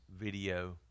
video